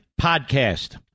Podcast